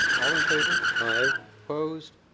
all in favor. aye. opposed.